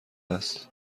است